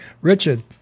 Richard